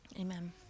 Amen